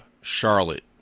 Charlotte